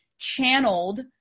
channeled